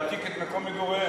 להעתיק את מקום מגוריהם.